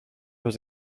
was